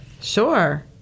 sure